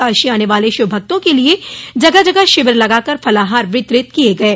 काशी आने वाले शिवभक्तों के लिए जगह जगह शिविर लगाकर फलाहार वितरित किये गये